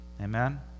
Amen